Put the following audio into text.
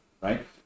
right